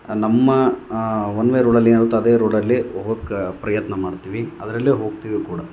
ನಮ್ಮ one way ರೋಡಲ್ಲೇನುರುತ್ತೋ ಅದೇ ರೋಡಲ್ಲಿ ಹೋಕ್ಕೆ ಪ್ರಯತ್ನ ಮಾಡ್ತೀವಿ ಅದರಲ್ಲೇ ಹೋಗ್ತೀವಿ ಕೂಡ